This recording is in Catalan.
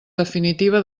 definitiva